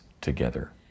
together